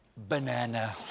banana.